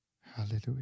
Hallelujah